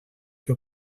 que